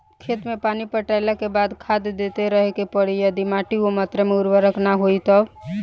खेत मे पानी पटैला के बाद भी खाद देते रहे के पड़ी यदि माटी ओ मात्रा मे उर्वरक ना होई तब?